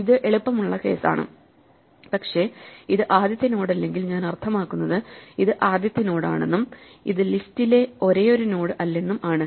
ഇത് എളുപ്പമുള്ള കേസാണ് പക്ഷേ ഇത് ആദ്യത്തെ നോഡല്ലെങ്കിൽഞാൻ അർത്ഥമാക്കുന്നത് ഇത് ആദ്യത്തെ നോഡാണെന്നും ഇത് ലിസ്റ്റിലെ ഒരേയൊരു നോഡ് അല്ലെന്നും ആണ്